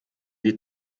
die